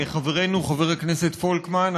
חברנו חבר הכנסת פולקמן,